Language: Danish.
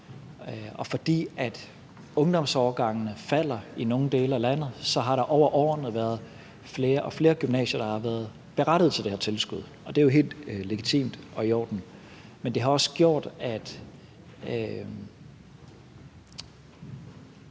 og fordi ungdomsårgangene falder i nogle dele af landet, har der over årene været flere og flere gymnasier, der har været berettiget til det her tilskud, og det er jo helt legitimt og i orden. Men det har også gjort, at